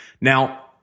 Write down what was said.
Now